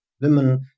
women